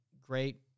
great